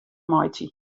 meitsje